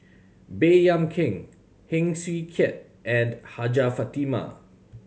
Baey Yam Keng Heng Swee Keat and Hajjah Fatimah